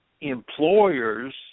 employers